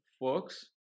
works